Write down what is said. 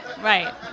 Right